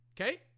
okay